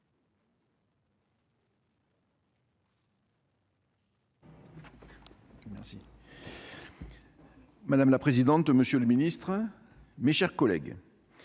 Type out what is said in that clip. Madame la présidente, monsieur le ministre, mes chers collègues,